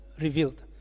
revealed